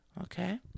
Okay